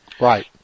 Right